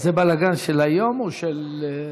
זה בלגן של היום או של מתי?